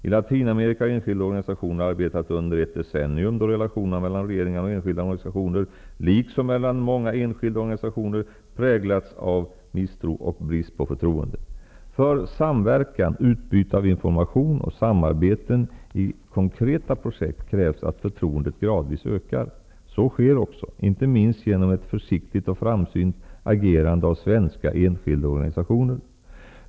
I Latinamerika har enskilda organisationer arbetat under ett decennium då relationerna mellan regeringar och enskilda organisationer liksom mellan många enskilda organisationer präglats av misstro och brist på förtroende. För samverkan, utbyte av information och samarbeten i konkreta projekt krävs att förtroendet gradvis ökar. Så sker också, inte minst genom ett försiktigt och framsynt agerande av svenska enskilda organisationer.